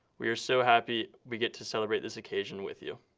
we are so happy we get to celebrate this occasion with you.